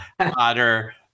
hotter